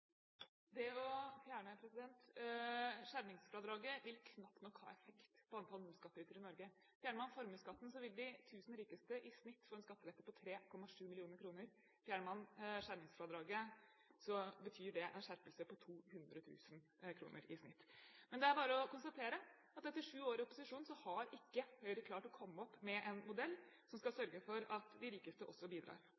Det å fjerne skjermingsfradraget vil knapt nok ha effekt på antall nullskattytere i Norge. Fjerner man formuesskatten, vil de tusen rikeste i snitt få en skattelette på 3,7 mill. kr. Fjerner man skjermingsfradraget, betyr det en skjerpelse på 200 000 kr i snitt. Men det er bare å konstatere at etter sju år i opposisjon har ikke Høyre klart å komme opp med en modell som skal